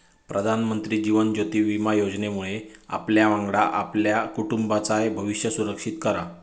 प्रधानमंत्री जीवन ज्योति विमा योजनेमुळे आपल्यावांगडा आपल्या कुटुंबाचाय भविष्य सुरक्षित करा